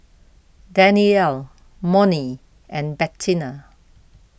Danniel Monnie and Bettina